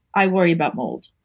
i worry about mold.